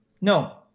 no